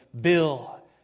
Bill